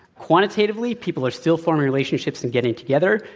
quantitatively, people are still forming relationships and getting together.